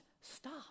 stop